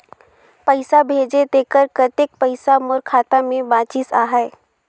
पइसा भेजे तेकर कतेक पइसा मोर खाता मे बाचिस आहाय?